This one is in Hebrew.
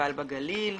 בפסטיבל בגליל,